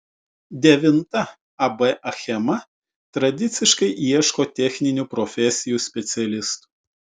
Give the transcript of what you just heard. devinta ab achema tradiciškai ieško techninių profesijų specialistų